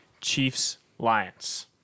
Chiefs-Lions